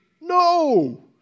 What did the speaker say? No